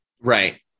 Right